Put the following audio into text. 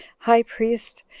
high priest,